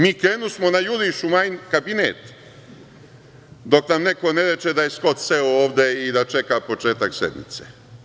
Mi krenusmo na juriš u Majin kabinet, dok nam neko ne reče da je Skot seo ovde i da čeka početak sednice.